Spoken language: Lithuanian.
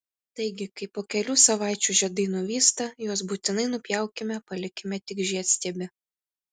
taigi kai po kelių savaičių žiedai nuvysta juos būtinai nupjaukime palikime tik žiedstiebį